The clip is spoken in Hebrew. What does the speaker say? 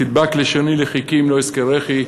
תדבק לשוני לחכי אם לא אזכרכי,